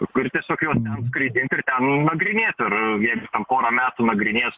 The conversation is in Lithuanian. kur tiesiog juos ten skraidint ir ten nagrinėt ir jeigu ten pora metų nagrinės